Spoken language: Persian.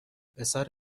پسر